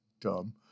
Dumb